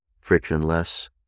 frictionless